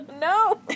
No